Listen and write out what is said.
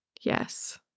Yes